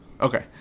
Okay